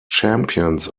champions